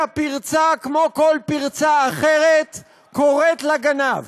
הפרצה, כמו כל פרצה אחרת, קוראת לגנב.